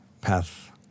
path